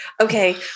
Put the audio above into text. Okay